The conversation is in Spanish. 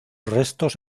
restos